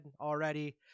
already